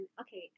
Okay